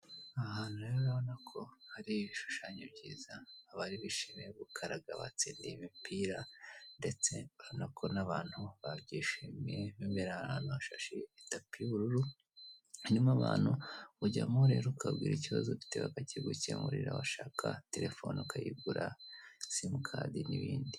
Iyi ni meniyu y'ibinyobwa ya biti beveleji yerekana ibinyobwa bitandukanye ku giciro cyabo, amakategori yose arimo guhera ku ikawa, icyayi, ibinyobwa sofuti dirinkisi, inzoga n'ibindi byinshi, biri ku giciro cyo ku rugero guhera ku cyatanu kugeza ku bihumbi bine iyi menuyu kandi ituruka muri Kigali sentiri pake rezidensi.